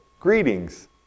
Greetings